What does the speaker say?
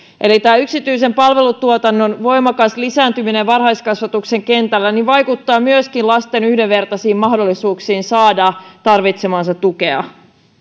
eli tämän yksityisen palvelutuotannon voimakas lisääntyminen varhaiskasvatuksen kentällä vaikuttaa myöskin lasten yhdenvertaisiin mahdollisuuksiin saada tarvitsemaansa tukea